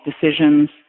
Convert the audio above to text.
decisions